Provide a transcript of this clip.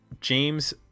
James